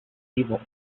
evil